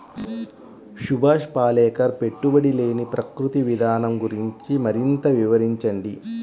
సుభాష్ పాలేకర్ పెట్టుబడి లేని ప్రకృతి విధానం గురించి మరింత వివరించండి